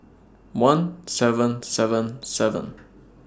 one seven seven seven